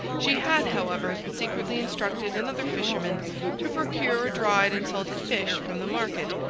she had, however, secretly instructed another fisherman to procure a dried and salted fish from the market,